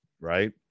Right